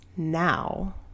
Now